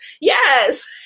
Yes